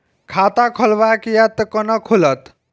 खाता खोलवाक यै है कोना खुलत?